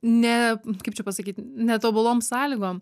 ne kaip čia pasakyt netobulom sąlygom